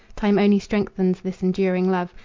time only strengthens this enduring love,